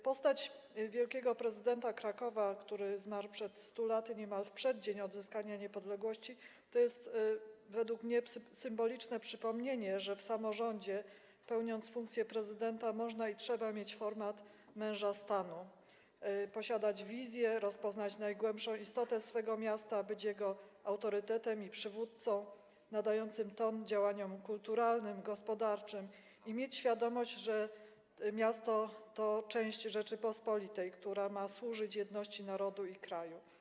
Postać wielkiego prezydenta Krakowa, który zmarł przed 100 laty, niemal w przeddzień odzyskania niepodległości, jest według mnie symbolicznym przypomnieniem, że w samorządzie, gdy pełni się funkcję prezydenta, można i trzeba mieć format męża stanu, posiadać wizję, rozpoznać najgłębszą istotę swego miasta, być dla niego autorytetem i przywódcą nadającym ton działaniom kulturalnym, gospodarczym i mieć świadomość, że miasto to część Rzeczypospolitej, która ma służyć jedności narodu i kraju.